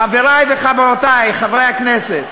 חברי וחברותי חברי הכנסת,